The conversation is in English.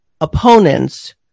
opponents